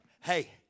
Hey